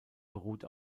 beruht